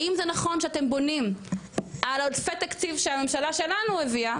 האם זה נכון שאתם בונים על עודפי תקציב שהממשלה שלנו הביא,